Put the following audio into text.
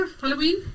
Halloween